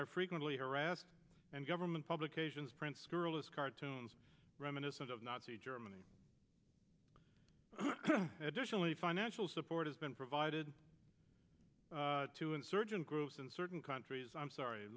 are frequently harassed and government publications print scurrilous cartoons reminiscent of nazi germany additionally financial support has been provided to insurgent groups in certain countries i'm sorry